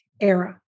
era